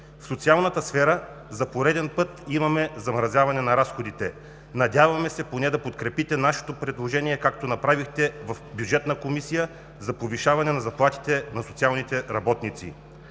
В социалната сфера за пореден път имаме замразяване на разходите. Надяваме се поне да подкрепите нашето предложение за повишаване на заплатите на социалните работници,